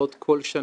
שיוצאות כל שנה